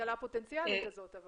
הפוטנציאלית הזאת?